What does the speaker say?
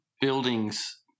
buildings